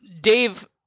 Dave